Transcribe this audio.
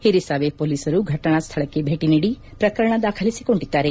ಹಿರಿಸಾವೆ ಪೋಲೀಸರು ಫಟನಾ ಸ್ತಳಕ್ಕೆ ಭೇಟ ನೀಡಿ ಪ್ರಕರಣ ದಾಖಲಿಸಿಕೊಂಡಿದ್ದಾರೆ